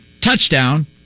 Touchdown